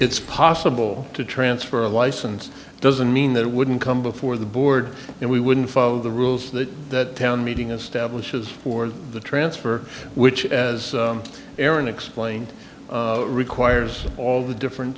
it's possible to transfer a license doesn't mean that it wouldn't come before the board and we wouldn't follow the rules that that town meeting establishes for the transfer which as aaron explained requires all the different